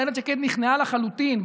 אילת שקד נכנעה לחלוטין.